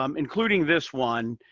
um including this one,